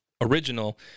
original